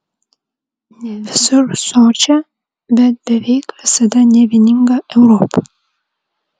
ne visur sočią bet beveik visada nevieningą europą